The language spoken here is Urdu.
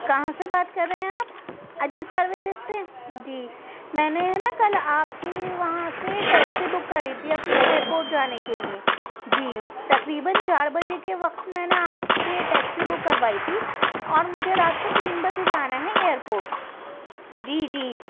کہاں سے بات کر رہے ہیں آپ اجے سروسیز سے جی میں نے ہے نا کل آپ کے وہاں سے ٹیکسی بک کری تھی اپنے ایئرپورٹ جانے کے لئے جی تقریباََ چار بجے کے وقت میں نے آپ سے ٹیکسی بک کروائی تھی اور مجھے رات کو تین بجے جانا ہے ایئرپورٹ جی جی